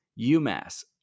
UMass